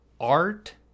art